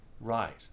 right